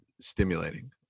stimulating